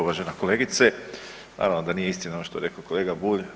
Uvažena kolegice, naravno da nije istina ovo što je rekao kolega Bulj.